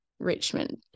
Richmond